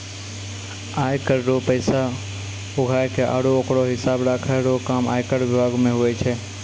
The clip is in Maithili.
आय कर रो पैसा उघाय के आरो ओकरो हिसाब राखै रो काम आयकर बिभाग मे हुवै छै